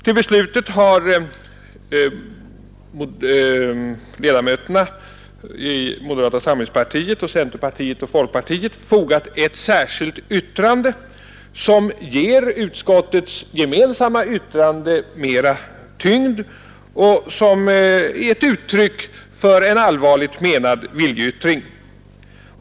Till beslutet har ledamöterna i moderata samlingspartiet, centerpartiet och folkpartiet fogat ett särskilt yttrande, som ger utskottets gemensamma uttalande mera tyngd och som är ett uttryck för en allvarligt menad uppfattning.